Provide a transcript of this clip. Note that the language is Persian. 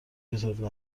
کتاب